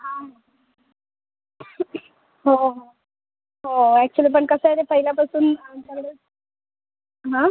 हां हो हो हो अॅक्च्युअली प कसं आहे ते पहिल्यापासून आमच्याकडे हां